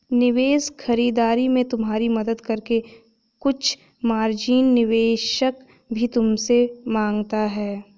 निवेश खरीदारी में तुम्हारी मदद करके कुछ मार्जिन निवेशक भी तुमसे माँगता है